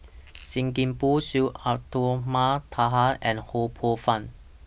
SIM Kee Boon Syed Abdulrahman Taha and Ho Poh Fun